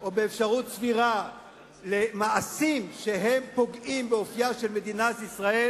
או באפשרות סבירה למעשים שהם פוגעים באופיה של מדינת ישראל,